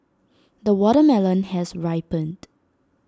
the watermelon has ripened